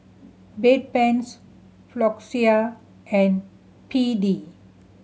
Bedpans Floxia and P D